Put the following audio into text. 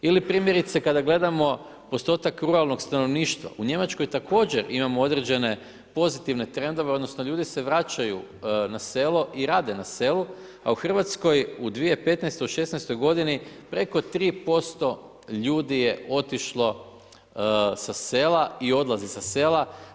Ili primjerice kada gledamo postotak ruralnog stanovništva, u Njemačkoj također imamo određene pozitivne trendove, odnosno ljudi se vraćaju na selo i rade na selu a u Hrvatskoj u 2015., 2016. godini preko 3% ljudi je otišlo sa sela i odlazi sa sela.